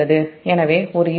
எனவே ஒரு யூனிட்டுக்கு Ia j 0